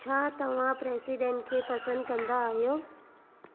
छा तव्हां प्रेसिडेंट खे पसंदि कंदा आहियो